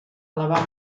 elevar